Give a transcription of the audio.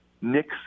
Nick